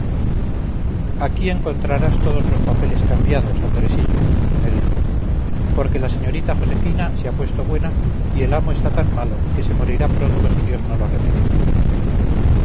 aquí encontrarás todos los papeles cambiados andresillo me dijo porque la señorita josefina se ha puesto buena y el amo está tan malo que se morirá pronto si dios no lo remedia